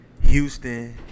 Houston